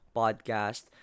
podcast